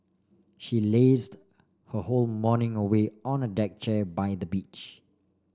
she lazed her whole morning away on a deck chair by the beach